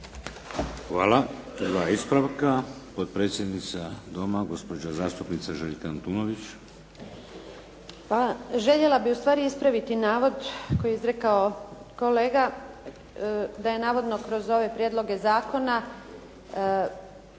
Hvala. Dva ispravka. Potpredsjednica Doma, gospođa zastupnica Željka Antunović. **Antunović, Željka (SDP)** Željela bih u stvari ispraviti navod koji je izrekao kolega da je navodno kroz ove prijedloge zakona